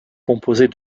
composés